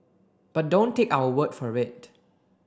but don't take our word for it